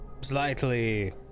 slightly